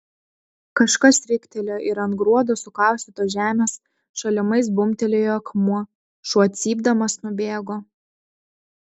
kažkas riktelėjo ir ant gruodo sukaustytos žemės šalimais bumbtelėjo akmuo šuo cypdamas nubėgo